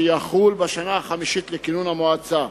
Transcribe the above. שיחול בשנה החמישית לכינון המועצה,